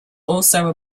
also